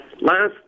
Last